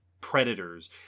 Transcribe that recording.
predators